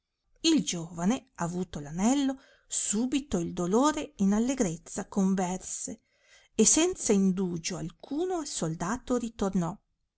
il giovane avuto anello subito il dolore in allegrezza converse e senza indugio alcuno al soldano ritornò